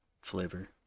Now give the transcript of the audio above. flavor